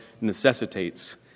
necessitates